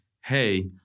hey